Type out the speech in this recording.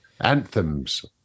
anthems